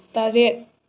ꯇꯔꯦꯠ